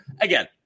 Again